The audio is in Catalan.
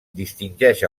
distingeix